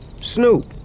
Snoop